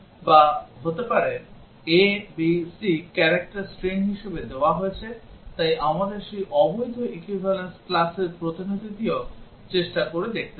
বা হতে পারে a b c character string হিসাবে দেওয়া হয়েছে তাই আমাদের সেই অবৈধ equivalence classর প্রতিনিধি দিয়েও চেষ্টা করে দেখতে হবে